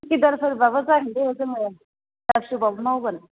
सुखिदारफोरबाबो जागोन दे जोङो फास्स'बाबो मावगोन